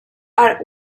are